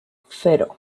cero